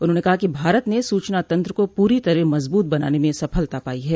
उन्होंने कहा कि भारत ने सूचना तंत्र को पूरी तरह मजबूत बनाने में सफलता पाई है